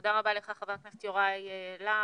תודה רבה לך, חבר הכנסת יוראי להב.